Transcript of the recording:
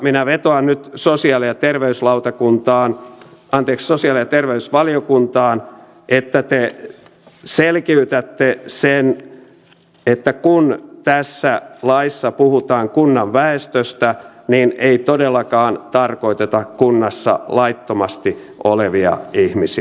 minä vetoan nyt sosiaali ja terveysvaliokuntaan että te selkiytätte sen että kun tässä laissa puhutaan kunnan väestöstä niin ei todellakaan tarkoiteta kunnassa laittomasti olevia ihmisiä